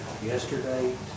Yesterday